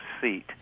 seat